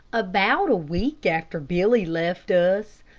about a week after billy left us,